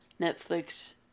Netflix